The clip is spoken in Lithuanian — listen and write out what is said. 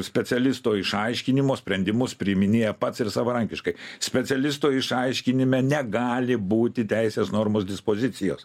specialisto išaiškinimo sprendimus priiminėja pats ir savarankiškai specialisto išaiškinime negali būti teisės normos dispozicijos